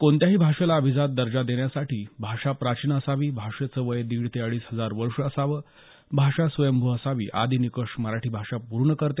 कोणत्याही भाषेला अभिजात दर्जा देण्यासाठी भाषा प्राचीन असावी भाषेचं वय दीड ते अडीच हजार वर्ष असावं भाषा स्वयंभू असावी आदी निकष मराठी भाषा पूर्ण करते